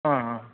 ಹಾಂ ಹಾಂ